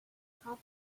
can’t